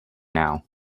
now